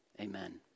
Amen